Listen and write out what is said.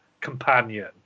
companion